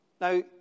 Now